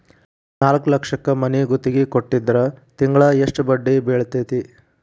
ನಾಲ್ಕ್ ಲಕ್ಷಕ್ ಮನಿ ಗುತ್ತಿಗಿ ಕೊಟ್ಟಿದ್ರ ತಿಂಗ್ಳಾ ಯೆಸ್ಟ್ ಬಡ್ದಿ ಬೇಳ್ತೆತಿ?